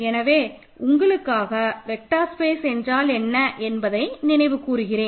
எனவே உங்களுக்காக vector space என்றால் என்ன என்பதை நினைவு கூறுகிறேன்